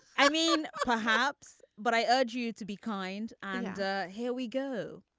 i mean perhaps but i urge you to be kind and here we go